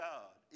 God